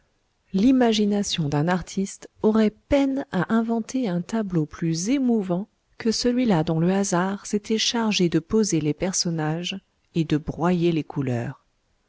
l'imagination d'un artiste aurait peine à inventer un tableau plus émouvant que celui-là dont le hasard s'était chargé de poser les personnages et de broyer les couleurs